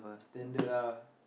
standard ah